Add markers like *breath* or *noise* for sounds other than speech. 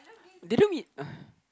didn't we *breath*